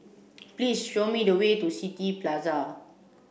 please show me the way to City Plaza